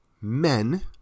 men